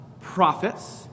prophets